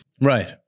Right